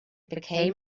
became